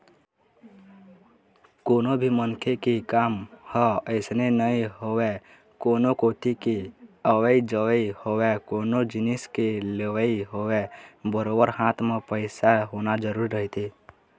कोनो भी मनखे के काम ह अइसने नइ होवय कोनो कोती के अवई जवई होवय कोनो जिनिस के लेवई होवय बरोबर हाथ म पइसा होना जरुरी रहिथे